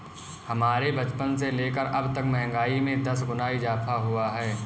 हमारे बचपन से लेकर अबतक महंगाई में दस गुना इजाफा हुआ है